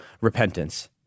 repentance